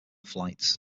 flights